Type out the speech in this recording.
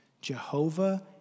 Jehovah